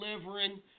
delivering